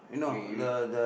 we we